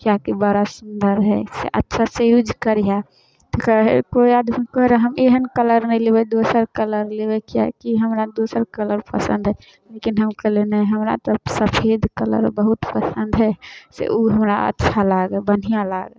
किएकि बड़ा सुन्दर हइ से अच्छा से यूज करिहऽ कोइ आदमी कहै रहै हम एहन कलर नहि लेबै हम दोसर कलर लेबै किएकि हमरा दोसर कलर पसन्द अइ लेकिन हम कहलिए नहि हमरा तऽ सफेद कलर बहुत पसन्द हइ से ओ हमरा अच्छा लागै बढ़िआँ लागल